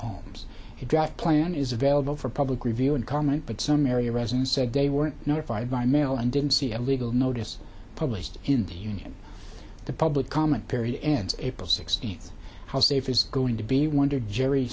homes the draft plan is available for public review and comment but some area residents said they weren't notified by mail and didn't see a legal notice published in the union the public comment period ends april sixteenth how safe is going to be wondered jerry